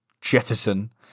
jettison